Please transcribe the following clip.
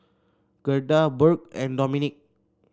Gerda Burk and Dominique